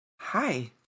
Hi